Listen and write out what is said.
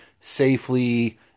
safely